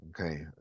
Okay